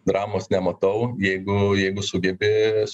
dramos nematau jeigu jeigu sugebi